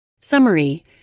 Summary